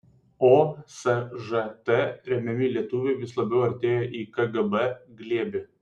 o sžt remiami lietuviai vis labiau artėjo į kgb glėbį